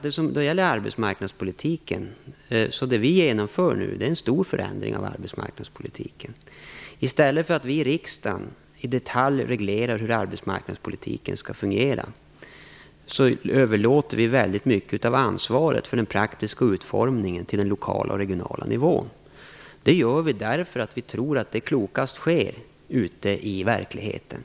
Det som vi nu genomför innebär en stor förändring av arbetsmarknadspolitiken. I stället för att vi i riksdagen reglerar i detalj hur arbetsmarknadspolitiken skall fungera överlåter vi väldigt mycket av ansvaret för den praktiska utformningen på den lokala och den regionala nivån. Vi gör det därför att vi tror att det är klokast att detta sker ute i verkligheten.